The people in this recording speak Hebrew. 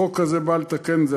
החוק הזה בא לתקן את זה.